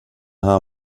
här